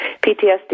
PTSD